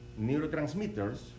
Neurotransmitters